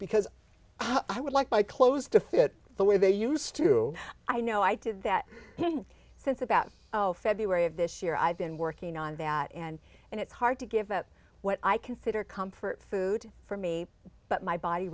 because i would like my clothes to fit the way they used to i know i did that since about february of this year i've been working on that and and it's hard to give that what i consider comfort food for me but my body